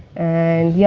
and, yeah